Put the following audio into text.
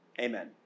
amen